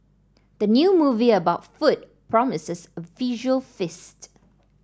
the new movie about food promises a visual feast